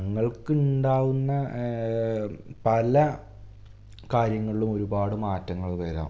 തങ്ങൾക്കുണ്ടാകുന്ന പല കാര്യങ്ങളിലും ഒരുപാട് മാറ്റങ്ങൾ വരാം